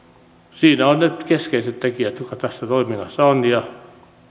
siinä ovat ne keskeiset tekijät jotka tässä toiminnassa ovat